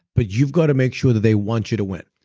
but you've got to make sure that they want you to win.